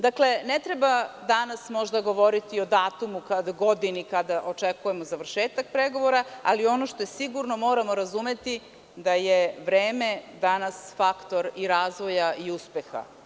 Dakle, ne treba danas možda govoriti o datumu, o godini kada očekujemo završetak pregovora, ali ono što je sigurno, moramo razumeti da je vreme danas faktor i razvoja i uspeha.